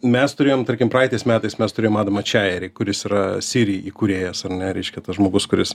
mes turėjom tarkim praeitais metais mes turėjom adamą čaerį kuris yra siri įkūrėjas ar ne reiškia tas žmogus kuris